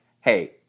hey